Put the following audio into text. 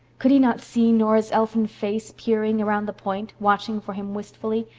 could he not see nora's elfin face peering around the point, watching for him wistfully?